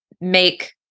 make